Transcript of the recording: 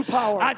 power